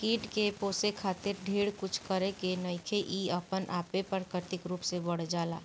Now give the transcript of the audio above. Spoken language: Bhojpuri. कीट के पोसे खातिर ढेर कुछ करे के नईखे इ अपना आपे प्राकृतिक रूप से बढ़ जाला